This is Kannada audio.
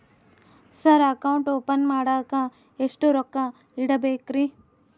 ಸರ್ ಅಕೌಂಟ್ ಓಪನ್ ಮಾಡಾಕ ಎಷ್ಟು ರೊಕ್ಕ ಇಡಬೇಕ್ರಿ?